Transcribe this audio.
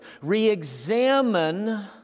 Re-examine